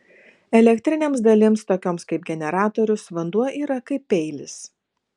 elektrinėms dalims tokioms kaip generatorius vanduo yra kaip peilis